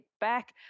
back